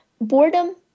Boredom